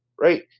right